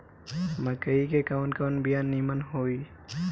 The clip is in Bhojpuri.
मकई के कवन कवन बिया नीमन होई?